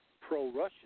pro-Russian